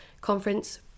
conference